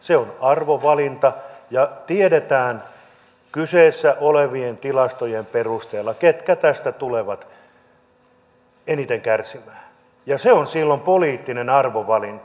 se on arvovalinta ja tiedetään kyseessä olevien tilastojen perusteella ketkä tästä tulevat eniten kärsimään ja se on silloin poliittinen arvovalinta